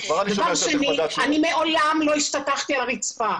דבר שני, אני מעולם לא השתטחתי על הרצפה.